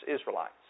Israelites